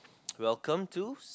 welcome to